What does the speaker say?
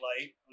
light